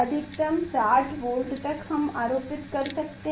अधिकतम 60 वोल्ट हम आरोपित कर सकते हैं